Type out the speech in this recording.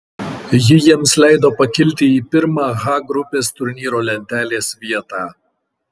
ji jiems leido pakilti į pirmą h grupės turnyro lentelės vietą